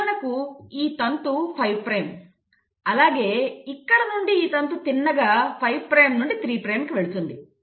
ఉదాహరణకు ఈ తంతు 5 ప్రైమ్ అలాగే ఇక్కడ నుండి ఈ తంతు తిన్నగా 5 ప్రైమ్ నుండి 3 ప్రైమ్ కు వెళుతుంది